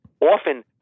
often